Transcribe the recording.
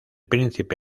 príncipe